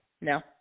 no